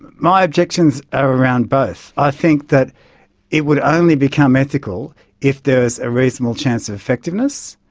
my objections are around both. i think that it would only become ethical if there was a reasonable chance of effectiveness,